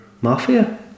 Mafia